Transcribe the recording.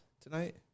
tonight